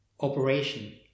operation